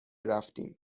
رفتیم